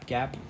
Gap